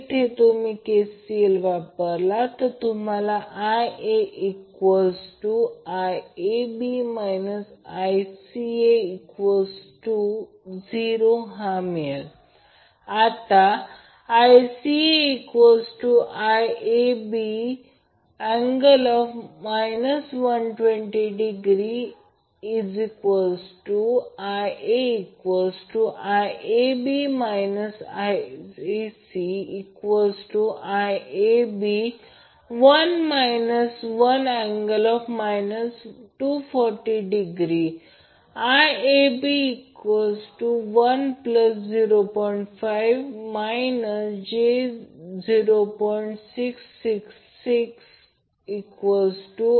येथे जर तुम्ही KCL वापरला तर तुम्हाला मिळेल IaIAB ICA0 आता ICAIAB∠ 240° IaIAB ICAIAB1 1∠ 240° IAB10